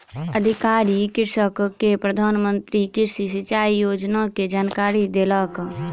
अधिकारी कृषक के प्रधान मंत्री कृषि सिचाई योजना के जानकारी देलक